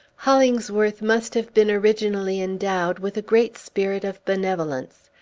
hollingsworth must have been originally endowed with a great spirit of benevolence,